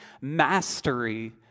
mastery